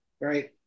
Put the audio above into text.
right